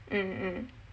mm mm